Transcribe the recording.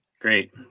Great